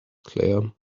claire